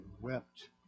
wept